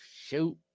Shoot